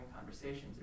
conversations